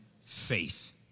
faith